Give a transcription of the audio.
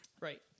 right